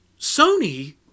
Sony